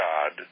God